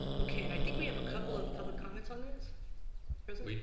okay. and i think we have a couple of public comments on this vice president.